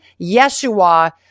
Yeshua